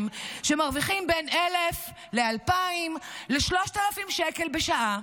שמרוויחים בין 1,000 ל-2,000 ל-3,000 שקל בשעה.